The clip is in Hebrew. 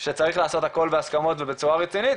שצריך לעשות הכל בהסכמות ובצורה רצינית.